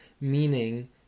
meaning